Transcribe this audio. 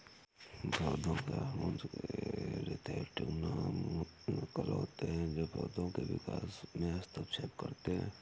पौधों के हार्मोन की सिंथेटिक नक़ल होते है जो पोधो के विकास में हस्तक्षेप करते है